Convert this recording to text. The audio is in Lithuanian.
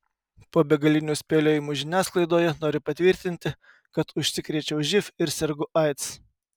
po begalinių spėliojimų žiniasklaidoje noriu patvirtinti kad užsikrėčiau živ ir sergu aids